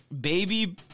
Baby